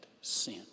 sin